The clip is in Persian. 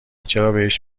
چرابهش